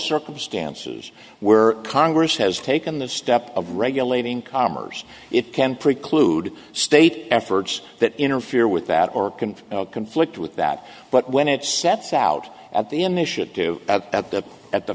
circumstances where congress has taken the step of regulating commerce it can preclude state efforts that interfere with that or can conflict with that but when it sets out at the initiative at the at the